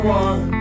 one